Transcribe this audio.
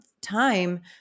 time